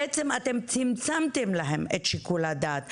בעצם אתם צמצמתם להם את שיקול הדעת.